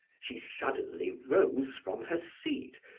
she suddenly rose from her seat,